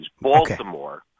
Baltimore